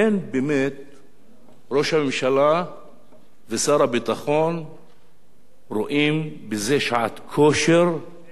ראש הממשלה ושר הביטחון רואים בזה שעת כושר שלא תחזור,